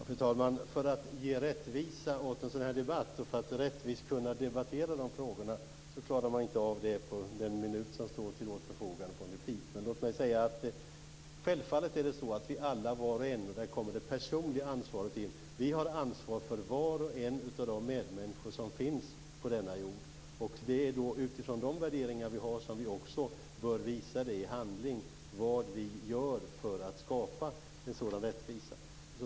Fru talman! Att ge rättvisa åt en sådan debatt och att rättvist debattera de frågorna kan inte göras på den minut som står till vårt förfogande i en replik. Självfallet har vi alla var och en - och här kommer det personliga ansvaret in - ansvaret för var och en av de medmänniskor som finns på denna jord. Det är utifrån de värderingar vi har som vi också bör visa i handling vad vi gör för att skapa rättvisa.